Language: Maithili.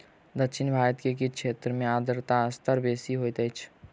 दक्षिण भारत के किछ क्षेत्र में आर्द्रता स्तर बेसी होइत अछि